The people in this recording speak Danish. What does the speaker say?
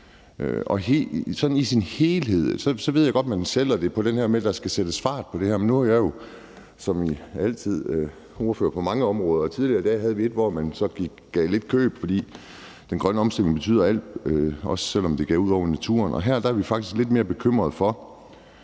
I sin helhed ved jeg godt at man sælger det på det her med, at der skal sættes fart på det her, men nu er jeg jo som altid ordfører på mange områder, og tidligere i dag havde vi et forslag, hvor man sådan gav lidt køb på noget, fordi den grønne omstilling betyder alt, også selv om den går ud over naturen. Her er vi faktisk lidt mere bekymret for